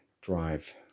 drive